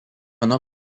nuo